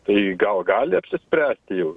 tai gal gali apsispręsti jau